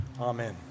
Amen